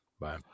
Bye